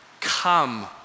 come